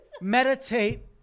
Meditate